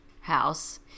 house